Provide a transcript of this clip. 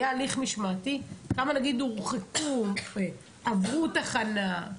היה הליך משמעתי, כמה נגיד הורחקו, עברו תחנה?